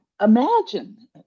imagine